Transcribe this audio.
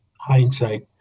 hindsight